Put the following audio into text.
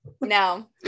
no